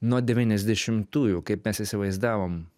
nuo devyniasdešimtųjų kaip mes įsivaizdavom